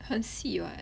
很细 [what]